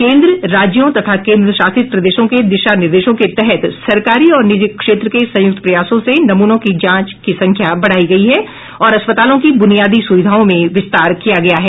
केन्द्र राज्यों तथा केन्द्रशासित प्रदेशों के दिशा निर्देशों के तहत सरकारी और निजी क्षेत्र के संयुक्त प्रयासों से नमूनों की जांच की संख्या बढ़ायी गई हैं और अस्पतालों की ब्रनियादी सुविधाओं में विस्तार किया गया है